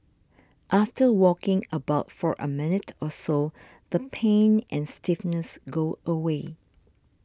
after walking about for a minute or so the pain and stiffness go away